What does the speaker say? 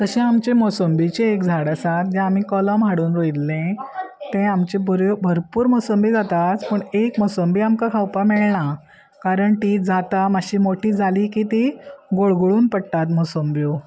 तशें आमचे मोसंबीचे एक झाड आसात जे आमी कलम हाडून रोयल्ले ते आमच्यो बऱ्यो भरपूर मोसंबी जाता पूण एक मोसंबी आमकां खावपा मेळना कारण ती जाता मातशी मोटी जाली की ती गोळगळून पडटात मोसंब्यो